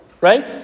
right